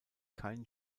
kein